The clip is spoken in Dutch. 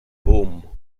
boom